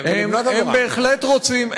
הם בהחלט רוצים.